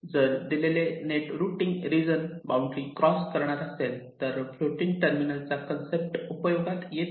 जर दिलेले net routing region boundary cross करणार असेल तर फ्लोटिंग टर्मिनल चा कन्सेप्ट उपयोगात येतो